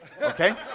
okay